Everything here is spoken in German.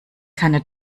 keine